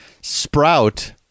Sprout